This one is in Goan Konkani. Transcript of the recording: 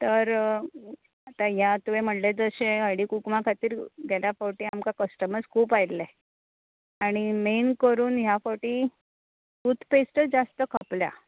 तर आतां ये तुवें म्हणले तशें हळडी कुकूमा खातीर गेल्या पावटी आमकां कस्टमर्स खूब आयिल्ले आनी मेन करुन ह्या पावटी टूथपेस्ट जास्त खपल्या